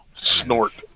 snort